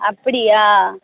அப்படியா